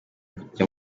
kujya